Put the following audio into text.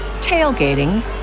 tailgating